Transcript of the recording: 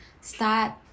start